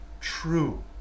true